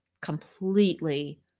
completely